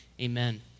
amen